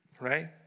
right